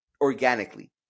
organically